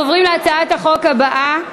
אנחנו עוברים להצעת החוק הבאה: